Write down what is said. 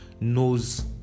knows